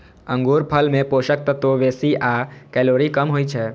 अंगूरफल मे पोषक तत्व बेसी आ कैलोरी कम होइ छै